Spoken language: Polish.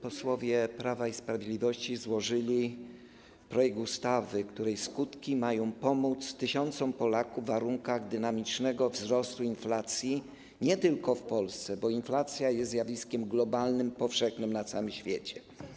Posłowie Prawa i Sprawiedliwości złożyli projekt ustawy, której skutki mają pomóc tysiącom Polaków w warunkach dynamicznego wzrostu inflacji nie tylko w Polsce, bo inflacja jest zjawiskiem globalnym, powszechnym na całym świecie.